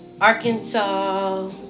Arkansas